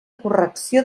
correcció